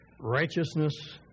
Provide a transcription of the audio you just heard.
righteousness